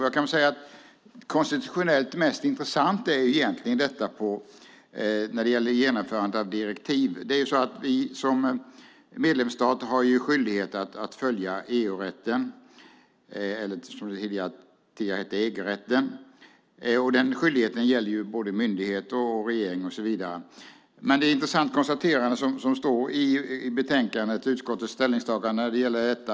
Jag kan säga att detta konstitutionellt egentligen är mest intressant när det gäller genomförandet av direktiv. Vi har som medlemsstat skyldighet att följa EU-rätten, det som tidigare hette EG-rätten. Den skyldigheten gäller myndigheter, regering och så vidare. Det finns ett intressant konstaterande i betänkandet - utskottets ställningstagande beträffande detta.